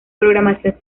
programación